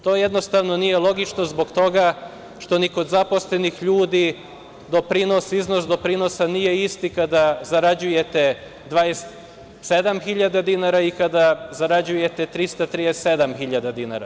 To jednostavno nije logično zbog toga što ni kod zaposlenih ljudi iznos doprinosa nije isti kada zarađujete 27.000 dinara i kada zarađujete 337.000 dinara.